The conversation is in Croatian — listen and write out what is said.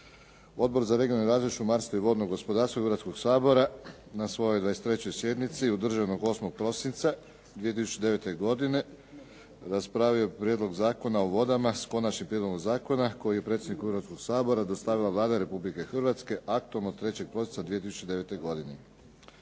Odbor za regionalni razvoj, šumarstvo i vodno gospodarstvo Hrvatskog sabora na svojoj 23. sjednici održanoj 8. prosinca 2009. godine, raspravio je prijedlog Zakona o vodama s konačnim prijedlogom zakona koji je predsjedniku Hrvatskog sabora dostavila Vlada Republike Hrvatske aktom od 3. prosinca 2009. godine.